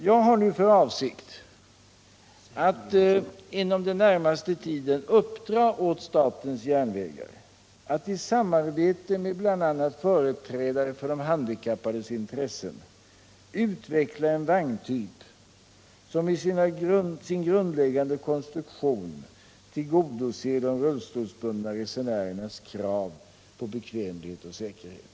Jag har för avsikt att inom den närmaste tiden uppdra åt statens järnvägar att tillsammans med bl.a. företrädare för de handikappades intressen utveckla en vagntyp, som i sin grundläggande konstruktion till godoser de rullstolsbundna resenärernas krav på bekvämlighet och säkerhet.